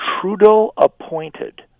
Trudeau-appointed